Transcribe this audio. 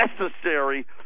necessary